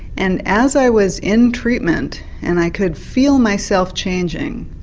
and as i was in treatment and i could feel myself changing,